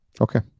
Okay